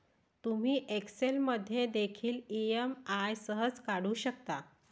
तुम्ही एक्सेल मध्ये देखील ई.एम.आई सहज काढू शकता